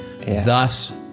Thus